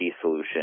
solution